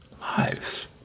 lives